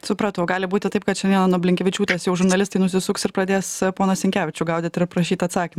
supratau gali būti taip kad šiandiena nuo blinkevičiūtės jau žurnalistai nusisuks ir pradės poną sinkevičių gaudyt ir prašyt atsakymo